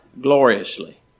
gloriously